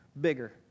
bigger